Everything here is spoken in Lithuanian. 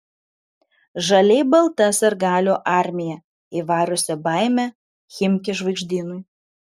žaliai balta sirgalių armija įvariusi baimę chimki žvaigždynui